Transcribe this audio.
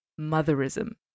motherism